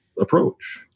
approach